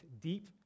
deep